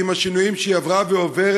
עם השינויים שהיא עברה ועוברת,